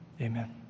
amen